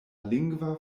lingva